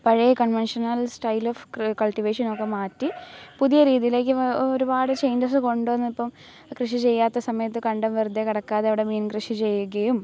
പഴയ conventional style of cultivation ഒക്കെ മാറ്റി പുതിയ രീതിയിലേക്ക് ഒരുപാട് ചേഞ്ച്സ് കൊണ്ട് വന്നു ഇപ്പോൾ കൃഷി ചെയ്യാത്ത സമയത്ത് കണ്ടം വെറുതെ കിടക്കാതെ അവിടെ മീൻകൃഷി ചെയ്യുകയും